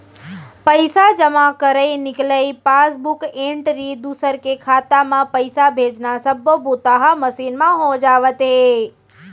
पइसा जमा करई, निकलई, पासबूक एंटरी, दूसर के खाता म पइसा भेजना सब्बो बूता ह मसीन म हो जावत हे